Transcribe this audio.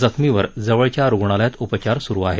जखमीवर जवळच्या रुग्णालयात उपचार सुरु आहेत